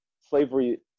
slavery